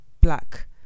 black